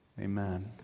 Amen